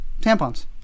tampons